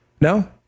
no